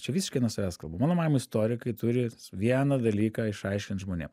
čia visiškai nuo savęs kalbu mano manymu istorikai turi vieną dalyką išaiškint žmonėm